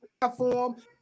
platform